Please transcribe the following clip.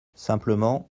simplement